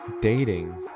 dating